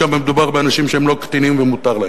שם מדובר באנשים שהם לא קטינים, ומותר לכם.